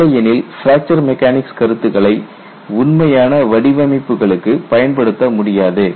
இல்லையெனில் fracture mechanics கருத்துக்களை உண்மையான வடிவமைப்புகளுக்குப் பயன்படுத்த முடியாது